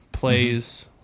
plays